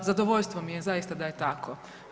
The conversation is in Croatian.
Zadovoljstvo mi je zaista da je tako.